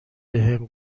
بهم